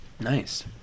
Nice